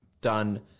done